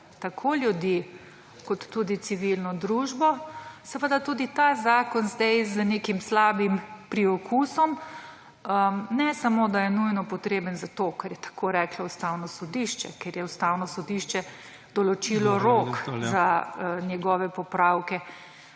tako ljudi kot tudi civilno družbo, seveda tudi ta zakon sedaj z nekim slabim priokusom. Ne samo da je nujno potreben, ker je tako reklo Ustavno sodišče, ker je Ustavno sodišče določilo rok za njegove popravke,